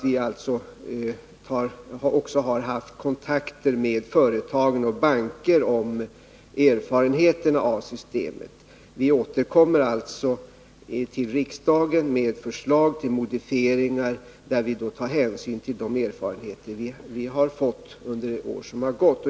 Vi har även haft kontakter med företag och banker i fråga om erfarenheterna av systemet. Vi återkommer alltså till riksdagen med ett förslag till modifieringar, där vi tar hänsyn till de erfarenheter vi har fått under de år som gått.